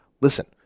Listen